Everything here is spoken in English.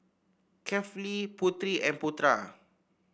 Kefli Putri and Putra